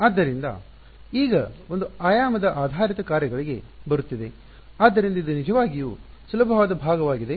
ಆದ್ದರಿಂದ ಈಗ ಒಂದು ಆಯಾಮದ ಆಧಾರಿತ ಕಾರ್ಯಗಳಿಗೆ ಬರುತ್ತಿದೆ ಆದ್ದರಿಂದ ಇದು ನಿಜವಾಗಿಯೂ ಸುಲಭವಾದ ಭಾಗವಾಗಿದೆ